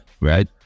right